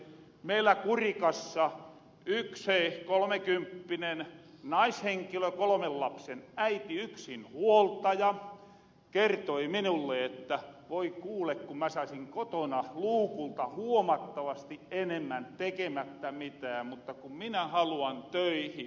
meillä kurikassa yks kolmekymppinen naishenkilö kolomen lapsen äiti yksinhuoltaja kertoi minulle että voi kuule kun mä saisin kotona luukulta huomattavasti enemmän tekemättä mitään mutta kun minä haluan töihin